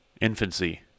infancy